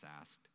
asked